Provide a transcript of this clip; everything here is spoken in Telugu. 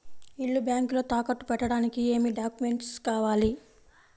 ఇల్లు బ్యాంకులో తాకట్టు పెట్టడానికి ఏమి డాక్యూమెంట్స్ కావాలి?